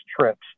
trips